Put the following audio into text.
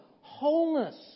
wholeness